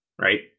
right